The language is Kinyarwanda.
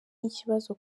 n’ikibazo